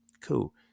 Cool